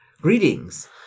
Greetings